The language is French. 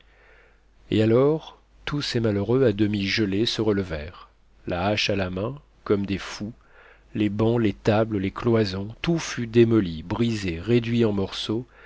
et alors tous ces malheureux à demi gelés se relevèrent la hache à la main comme des fous les bancs les tables les cloisons tout fut démoli brisé réduit en morceaux